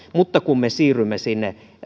mutta kun me siirrymme